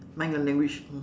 mind your language mm